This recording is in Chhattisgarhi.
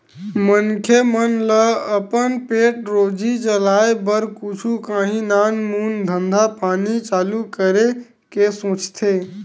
मनखे मन ल अपन पेट रोजी चलाय बर कुछु काही नानमून धंधा पानी चालू करे के सोचथे